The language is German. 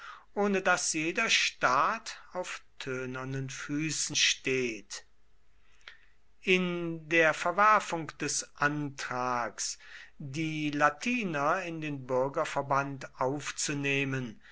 ohne das jeder staat auf tönernen füßen steht in der verwerfung des antrags die latiner in den bürgerverband aufzunehmen